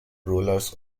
rulers